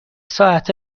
ساعت